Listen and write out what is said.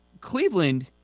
Cleveland